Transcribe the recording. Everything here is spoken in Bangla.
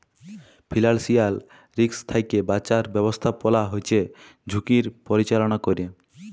ফিল্যালসিয়াল রিস্ক থ্যাইকে বাঁচার ব্যবস্থাপলা হছে ঝুঁকির পরিচাললা ক্যরে